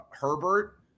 Herbert